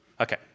Okay